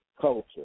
culture